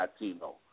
Latino